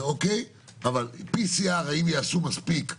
אבל האם יעשו מספיק PCR?